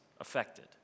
affected